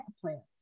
plants